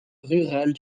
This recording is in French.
rurale